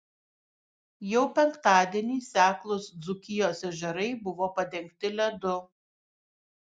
jau penktadienį seklūs dzūkijos ežerai buvo padengti ledu